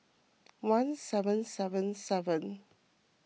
one seven seven seven